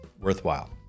Worthwhile